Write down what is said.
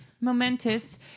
momentous